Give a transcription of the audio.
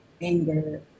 anger